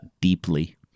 deeply